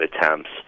attempts